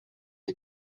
les